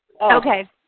Okay